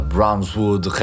Brownswood